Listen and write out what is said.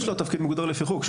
יש לו תפקיד מוגדר לפי חוק.